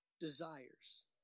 desires